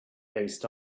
based